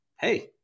Hey